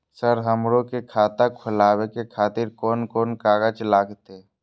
Sir हमरो के खाता खोलावे के खातिर कोन कोन कागज लागते?